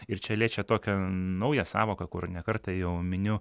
ir čia liečia tokią naują sąvoką kur ne kartą jau miniu